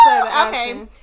Okay